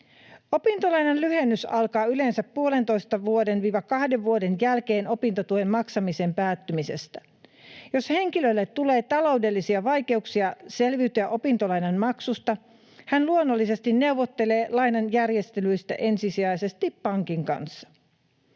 Opintolainan lyhennys alkaa yleensä puolentoista—kahden vuoden jälkeen opintotuen maksamisen päättymisestä. Jos henkilölle tulee taloudellisia vaikeuksia selviytyä opintolainan maksusta, hän luonnollisesti neuvottelee lainan järjestelyistä ensisijaisesti pankin kanssa.